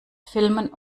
filmen